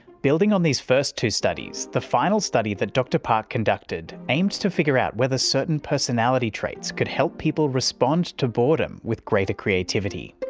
building on these first two studies, the final study that dr park conducted aimed to figure out whether certain personality traits could help people respond to boredom with greater creativity.